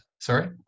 Sorry